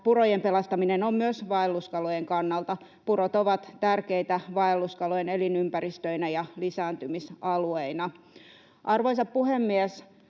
purojen pelastaminen on myös vaelluskalojen kannalta. Purot ovat tärkeitä vaelluskalojen elinympäristöinä ja lisääntymisalueina. Arvoisa puhemies!